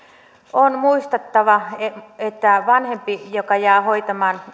on muistettava että jos vanhempi jää hoitamaan